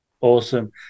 Awesome